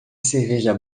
cerveja